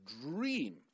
dream